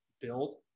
build